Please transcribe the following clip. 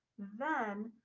then,